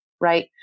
right